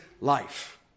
life